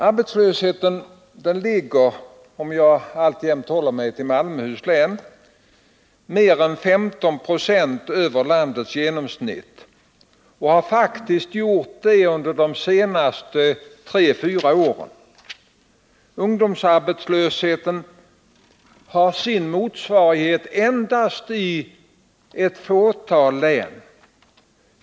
Arbetslösheten ligger — om jag alltjämt håller mig till Malmöhus län — mer än 15 96 över landets genomsnitt och har faktiskt gjort det under de senaste tre fyra åren. Ungdomsarbetslösheten har sin motsvarighet endast i ett fåtal andra län.